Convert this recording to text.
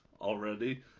already